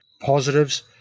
Positives